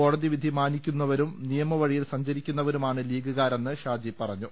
കോടതി വിധി മാനിക്കുന്നവരും നിയമവഴി യിൽ സഞ്ചരിക്കുന്നവരുമാണ് ലീഗുകാരെന്ന് ഷാജി പറഞ്ഞു